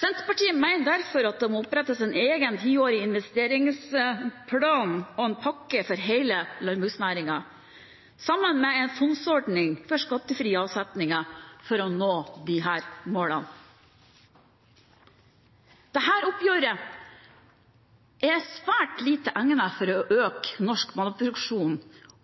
Senterpartiet mener derfor det må opprettes en egen tiårig investeringsplan og en pakke for hele landbruksnæringen, sammen med en fondsordning for skattefrie avsetninger for å nå disse målene. Dette oppgjøret er svært lite egnet for å øke norsk matproduksjon